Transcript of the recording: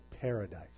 paradise